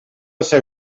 ser